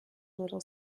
little